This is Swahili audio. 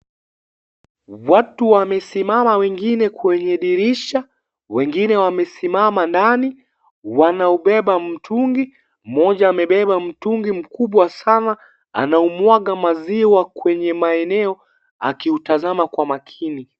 Watu wamesimama, wengine kwenye dirisha, wengine wamesimama ndani, wanaubeba mtungi. Mmoja amebeba mtungi mkubwa sana, anaumwaga maziwa kwenye maeneo akiutazama kwa makini.